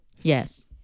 Yes